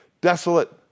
desolate